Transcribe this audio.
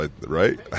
right